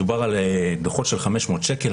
מדובר על דוחות של 500 שקלים,